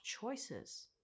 choices